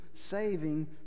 saving